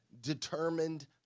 determined